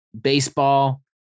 baseball